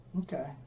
Okay